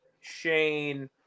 Shane